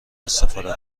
استفاده